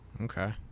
okay